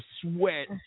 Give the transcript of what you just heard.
sweat